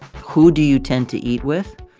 who do you tend to eat with?